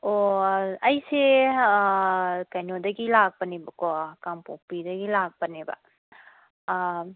ꯑꯣ ꯑꯩꯁꯦ ꯀꯩꯅꯣꯗꯒꯤ ꯂꯥꯛꯄꯅꯦꯕꯀꯣ ꯀꯥꯡꯄꯣꯛꯄꯤꯗꯒꯤ ꯂꯥꯛꯄꯅꯦꯕ